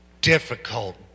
difficult